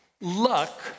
Luck